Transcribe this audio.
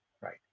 right